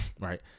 right